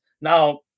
Now